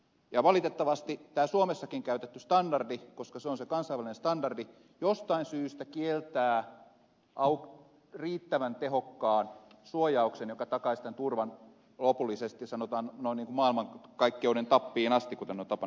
ja valitettavasti tämä suomessakin käytetty standardi koska se on se kansainvälinen standardi jostain syystä kieltää riittävän tehokkaan suojauksen joka takaisi tämän turvan lopullisesti sanotaan noin niin kuin maailmankaikkeuden tappiin asti kuten on tapana sanoa